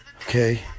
Okay